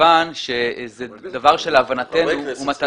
מכיוון שזה דבר שלהבנתנו --- חברי